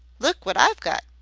look wot i've got,